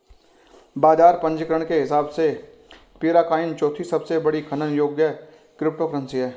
बाजार पूंजीकरण के हिसाब से पीरकॉइन चौथी सबसे बड़ी खनन योग्य क्रिप्टोकरेंसी है